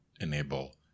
enable